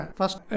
first